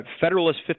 Federalist